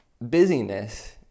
busyness